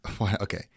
Okay